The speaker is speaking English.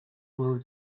will